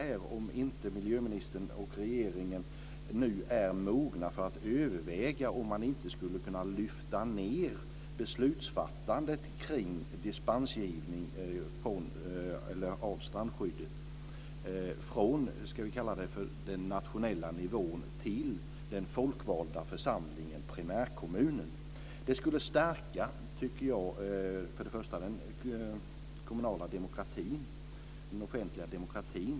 Är inte miljöministern och regeringen nu mogna för att överväga om man inte skulle kunna lyfta ned beslutsfattandet kring dispensgivning från strandskyddet från den nationella nivån till den folkvalda församlingen primärkommunen? Det skulle för det första stärka den kommunala demokratin - den offentliga demokratin.